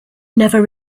never